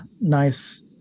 nice